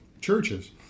churches